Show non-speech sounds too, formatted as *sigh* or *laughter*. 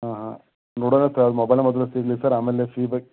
ಹಾಂ ಹಾಂ ನೋಡಣ ಸರ್ ಮೊಬೈಲ ಮೊದ್ಲು ಸಿಗಲಿ ಸರ್ ಆಮೇಲೆ *unintelligible*